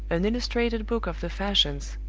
an illustrated book of the fashions,